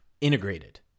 integrated